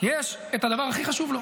יש את הדבר הכי חשוב לו.